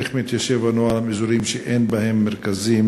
2. איך מתיישב הנוהל לגבי אזורים שאין בהם מרכזים